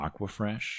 Aquafresh